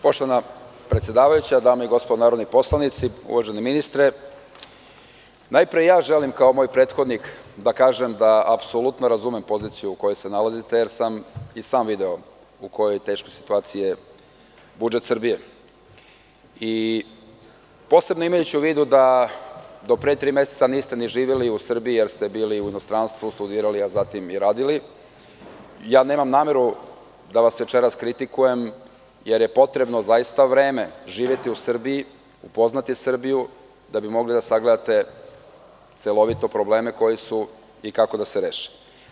Poštovana predsedavajuća, dame i gospodo narodni poslanici, uvaženi ministre, najpre i ja želim kao moj prethodnik da kažem da apsolutno razumem poziciju u kojoj se nalazite, jer sam i sam video u kojoj teškoj situaciji je budžet Srbije i posebno imajući u vidu da do pre tri meseca niste ni živeli u Srbiji, jer ste bili u inostranstvu, studirali, a zatim i radili, nemam nameru da vas večeras kritikujem, jer je potrebno vreme živeti u Srbiji, upoznati Srbiju, da bi mogli da sagledate celovito probleme koji su kako da se reše.